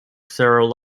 sarah